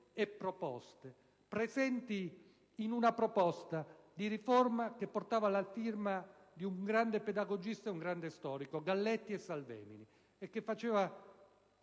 e proposte presenti in una ipotesi di riforma che porta la firma di un grande pedagogista e di un grande storico, Galletti e Salvemini, e che formava